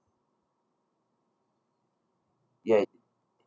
ya